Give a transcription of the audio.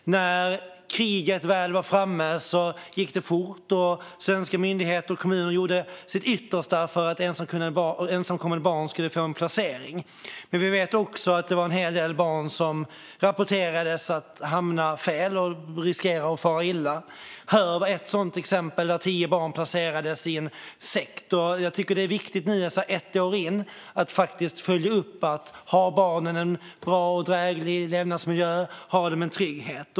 När kriget väl var framme gick det fort. Svenska myndigheter och kommuner gjorde sitt yttersta för att ensamkommande barn skulle få en placering. Men vi vet också att det var en hel del barn som rapporterades hamna fel och riskera att fara illa. Ett sådant exempel var Höör, där tio barn placerades i en sekt. Jag tycker att det är viktigt nu ett år in på kriget att följa upp om barnen har en bra och dräglig levnadsmiljö och om de har trygghet.